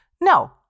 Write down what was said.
No